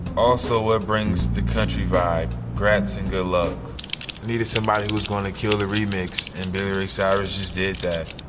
also, what brings the country vibe? grats, and good luck. i needed somebody who was gonna kill the remix, and billy ray cyrus just did that.